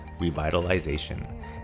Revitalization